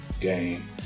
game